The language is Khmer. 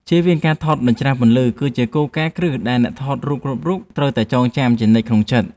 ចៀសវាងថតបញ្ច្រាសពន្លឺគឺជាគោលការណ៍គ្រឹះដែលអ្នកថតរូបគ្រប់រូបត្រូវតែចងចាំជានិច្ចក្នុងចិត្ត។